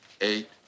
eight